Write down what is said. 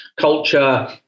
culture